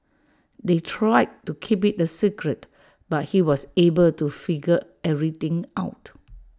they tried to keep IT A secret but he was able to figure everything out